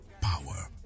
power